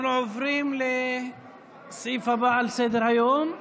נעבור להצעה לסדר-היום בנושא: